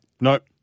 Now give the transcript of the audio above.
Nope